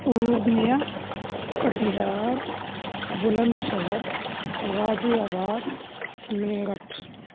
Purnia Katihar Bulandshahr Ghaziabad Meerut